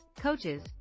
coaches